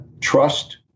Trust